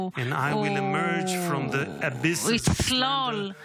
and I will emerge from the abysses of slander,